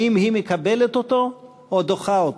האם היא מקבלת אותו או דוחה אותו.